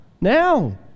now